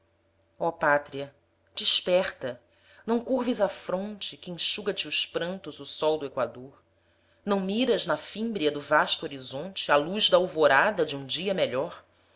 ó pátria desperta não curves a fronte que enxuga te os prantos o sol do equador não miras na fímbria do vasto horizonte a luz da alvorada de um dia melhor